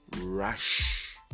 rush